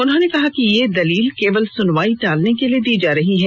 उन्होंने कहा कि यह दलील केवल सुनवाई टालने के लिए दी जा रही है